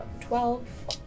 twelve